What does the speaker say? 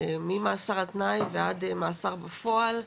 ממאסר על תנאי ועד מאסר בפועל,